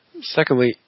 Secondly